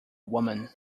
woman